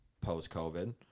post-COVID